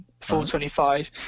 425